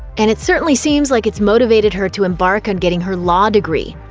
and it certainly seems like it's motivated her to embark on getting her law degree.